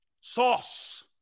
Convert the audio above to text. Sauce